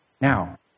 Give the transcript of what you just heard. Now